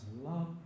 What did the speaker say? love